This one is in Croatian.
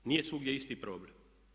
Nije svugdje isti problem.